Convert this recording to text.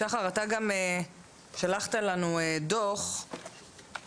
שחר, אתה גם שלחת לנו דוח, נכון?